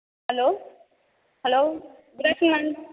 hello hello good afternoon ma'am